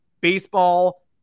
Baseball